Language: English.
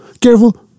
careful